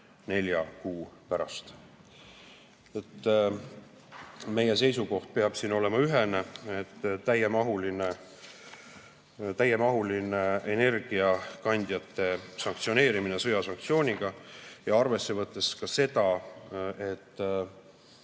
Nelja kuu pärast! Meie seisukoht peab siin olema ühene: täiemahuline energiakandjate sanktsioneerimine sõjasanktsioonina. Arvesse võttes ka seda, et